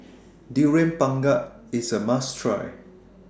Durian Pengat IS A must Try